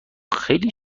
خیلی